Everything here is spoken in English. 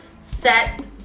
set